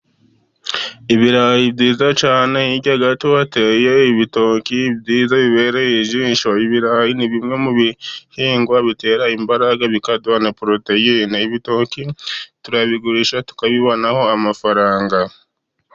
Ibirayi byiza cyane, hirya gato bateye ibitoki byiza bibereye ijisho, ibirayi ni bimwe mu bihingwa bitera imbaraga bikaduha poroteyine, ibitoki turabigurisha tukabibonamo amafaranga.